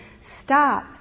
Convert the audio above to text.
Stop